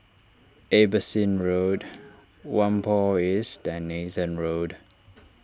Abbotsingh Road Whampoa East and Nathan Road